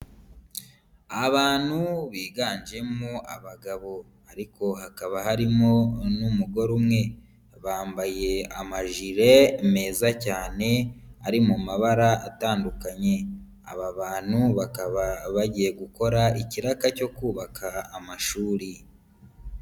Abantu biganjemo abagabo ariko hakaba harimo n'umugore umwe, bambaye amajire meza cyane ari mu mabara atandukanye. Aba bantu bakaba bagiye gukora ikiraka cyo kubaka amashuri.